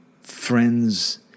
Friends